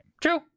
true